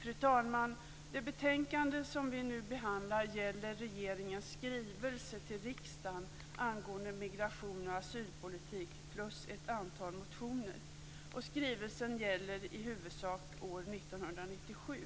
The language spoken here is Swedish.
Fru talman! Det betänkande som vi nu behandlar gäller regeringens skrivelse till riksdagen angående migration och asylpolitik samt ett antal motioner. Skrivelsen gäller i huvudsak år 1997.